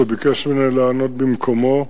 שביקש ממני לענות במקומו.